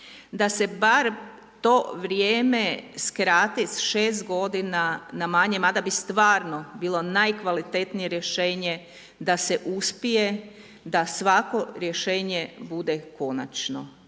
da se bar to vrijeme skrati sa 6 godina na manje, mada bi stvarno bilo najkvalitetnije rješenje da se uspije da svako rješenje bude konačno